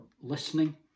listening